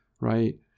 right